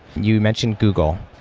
you mentioned google.